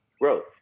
growth